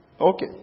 Okay